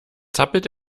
zappelt